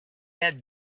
that